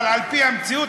אבל על-פי המציאות,